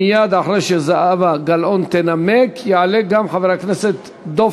מייד אחרי שזהבה גלאון תנמק יעלה גם חבר הכנסת דב